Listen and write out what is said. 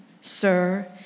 Sir